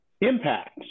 Impacts